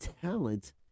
talent